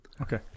Okay